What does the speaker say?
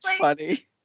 funny